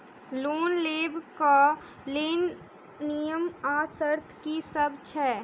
Loan लेबऽ कऽ लेल नियम आ शर्त की सब छई?